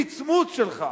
מצמוץ שלך.